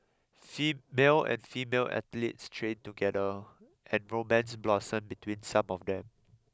male and female athletes trained together and romance blossomed between some of them